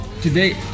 today